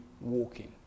walking